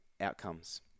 outcomes